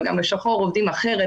גם בשחור עובדים אחרת,